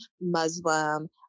Muslim